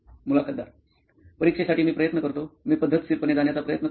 मुलाखतदार परीक्षेसाठी मी प्रयत्न करतो मी पद्धतशीरपणे जाण्याचा प्रयत्न करतो